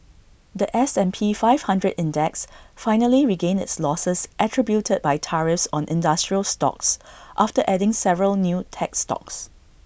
The S and P five hundred index finally regained its losses attributed by tariffs on industrial stocks after adding several new tech stocks